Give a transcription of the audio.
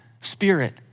spirit